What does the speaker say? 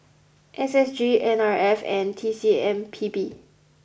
S S G N R F and T C M P B